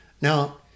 Now